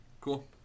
Cool